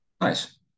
Nice